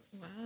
Wow